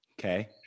okay